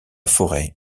forêt